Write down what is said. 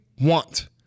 want